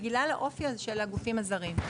בגלל האופי של הגופים הזרים.